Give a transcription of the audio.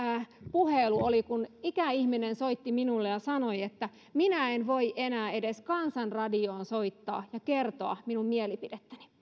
puhelu oli kun ikäihminen soitti minulle ja sanoi että minä en voi enää edes kansanradioon soittaa ja kertoa minun mielipidettäni